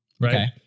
Right